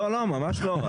לא, ממש לא.